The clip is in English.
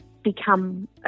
become